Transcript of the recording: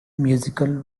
musical